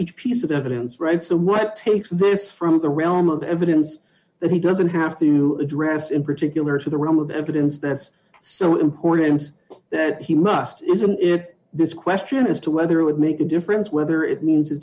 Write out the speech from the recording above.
each piece of evidence right so what takes this from the realm of evidence that he doesn't have to address in particular to the realm of evidence that's so important that he must isn't it this question as to whether it would make a difference whether it means